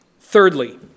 Thirdly